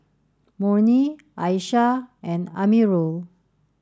Murni Aishah and Amirul